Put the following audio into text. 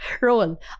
role